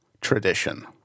tradition